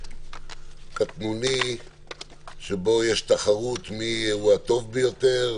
קטנוני שבו יש תחרות מי הטוב ביותר,